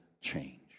change